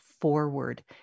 forward